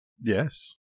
yes